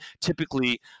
typically